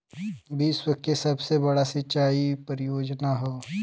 विश्व के सबसे बड़ा सिंचाई परियोजना हौ